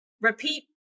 repeat